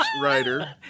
writer